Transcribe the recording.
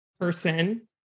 person